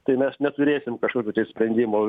tai mes neturėsim kažkokių sprendimų